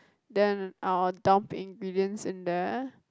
then I will dump ingredients in there